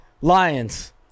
Lions